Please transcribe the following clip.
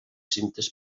cintes